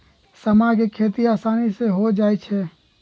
समा के खेती असानी से हो जाइ छइ